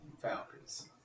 Falcons